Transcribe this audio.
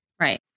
Right